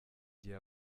gihe